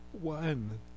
one